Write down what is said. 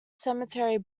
cemetery